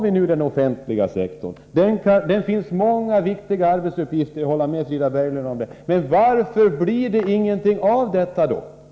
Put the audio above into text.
Inom den offentliga sektorn finns det många viktiga arbetsuppgifter — det håller jag med Frida Berglund om — men varför blir det ingenting här då?